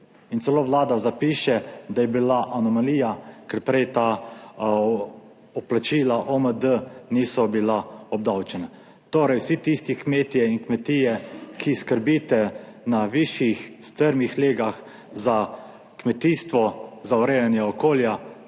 in celo Vlada zapiše, da je bila anomalija, ker prej ta vplačila OMD niso bila obdavčena. Torej, vsi tisti kmetje in kmetije, ki skrbite na višjih strmih legah za kmetijstvo, za urejanje okolja,